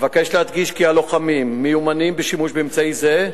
אבקש להדגיש כי הלוחמים מיומנים בשימוש באמצעי זה,